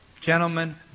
Gentlemen